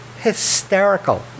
hysterical